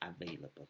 available